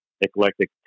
eclectic